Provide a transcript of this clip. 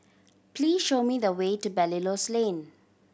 please show me the way to Belilios Lane